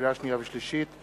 לקריאה שנייה ולקריאה שלישית: